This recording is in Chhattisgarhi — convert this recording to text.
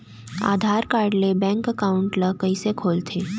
आधार कारड ले बैंक एकाउंट ल कइसे खोलथे?